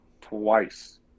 twice